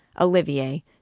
Olivier